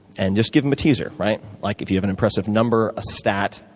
and just give them a teaser, right? like if you have an impressive number, a stat,